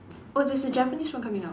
oh that's a Japanese one coming out